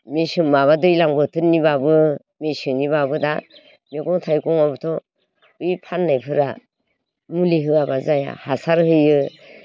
मेसें माबा दैज्लां बोथोरनिबाबो मेसेंनिबाबो दा मैगं थायगं आवबोथ' बै फान्नायफोरा मुलि होयाबा जाया हासार होयो